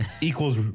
equals